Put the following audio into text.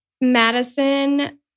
Madison